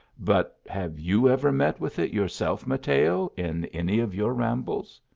but have you ever met with it yourself, mateo, in any of your rambles?